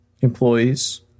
employees